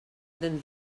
than